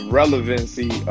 relevancy